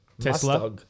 Tesla